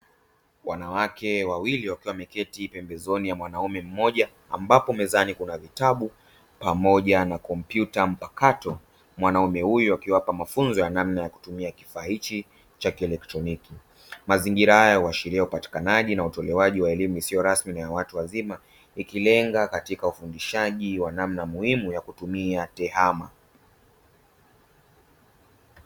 Wanawake wawili wakiwa wameketi pembezoni mwa mwanaume mmoja, ambapo mezani kuna vitabu na kompyuta mpakato. Mwanaume huyo akiwapa mafunzo ya namna ya kutumia kifaa hiki cha kielekitroniki. Mazingira haya huashiria upatikanaji na utolewaji wa elimu isio rasmi na ya watu wazima ikilenga katika ufundishaji wa namna muhimu ya kutumia tehama.